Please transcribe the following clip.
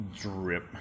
drip